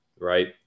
right